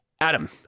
Adam